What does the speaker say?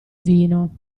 vino